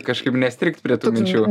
kažkaip nestrigt prie tų minčių